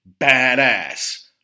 badass